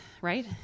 right